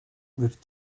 with